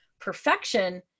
perfection